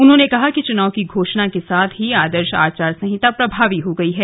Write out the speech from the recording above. उन्होंने कहा कि चुनाव की घोषणा के साथ ही आदर्श आचार संहिता प्रभावी हो गई है